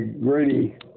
Grady